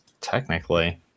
technically